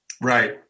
Right